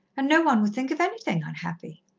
and no one would think of anything unhappy.